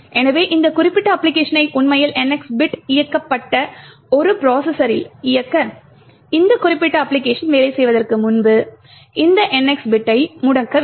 எனவே இந்த குறிப்பிட்ட அப்பிளிகேஷனை உண்மையில் NX பிட் இயக்கப்பட்ட ஒரு ப்ரோசஸரில் இயக்க இந்த குறிப்பிட்ட அப்பிளிகேஷன் வேலை செய்வதற்கு முன்பு இந்த NX பிட்டை முடக்க வேண்டும்